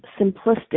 simplistic